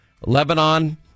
Lebanon